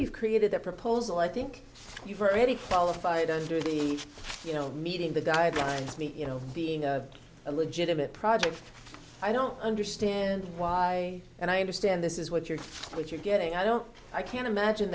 you've created the proposal i think you've already qualified under the you know meeting the guidelines meet you know being a legitimate project i don't understand why and i understand this is what you're what you're getting i don't i can't imagine